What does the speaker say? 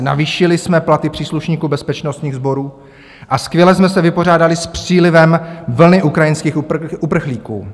Navýšili jsme platy příslušníků bezpečnostních sborů a skvěle jsme se vypořádali s přílivem vlny ukrajinských uprchlíků.